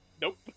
Nope